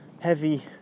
heavy